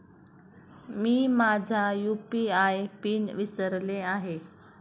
मी माझा UPI PIN विसरले आहे